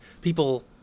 people